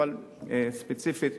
אבל ספציפית,